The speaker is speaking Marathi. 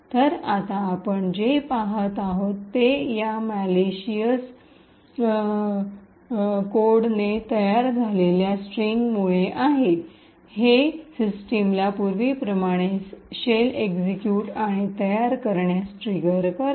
तर आता आपण जे पहात आहोत ते या मलिशसली दुर्भावनापूर्णरित्या तयार झालेल्या स्ट्रिंगमुळे आहे हे सिस्टमला पूर्वीप्रमाणे शेल एक्सिक्यूट आणि तयार करण्यास ट्रिगर करेल